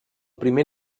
primer